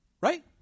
Right